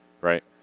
right